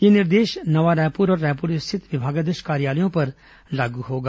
यह निर्देश नवा रायपुर और रायपुर स्थित विभागाध्यक्ष कार्यालयों पर लागू होगा